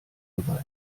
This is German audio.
gewalt